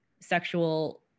sexual